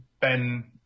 Ben